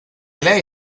lei